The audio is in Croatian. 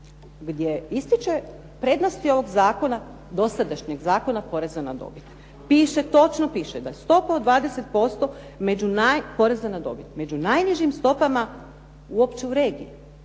gdje ističe prednosti ovog zakona, dosadašnjeg Zakona poreza na dobit. Piše, točno piše da stopa od 20% poreza na dobit među najnižim stopama uopće u regiji.